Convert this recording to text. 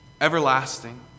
everlasting